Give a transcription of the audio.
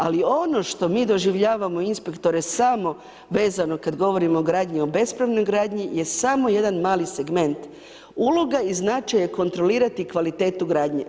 Ali ono što mi doživljavamo inspektore samo vezano kad govorimo o gradnji o bespravnoj gradnji je samo jedan mali segment, uloga i značaj je kontrolirati kvalitetu gradnje.